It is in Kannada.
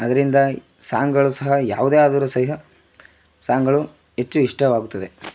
ಅದರಿಂದ ಸಾಂಗ್ಗಳು ಸಹ ಯಾವುದೇ ಆದರೂ ಸಹ ಸಾಂಗ್ಗಳು ಹೆಚ್ಚು ಇಷ್ಟವಾಗುತ್ತದೆ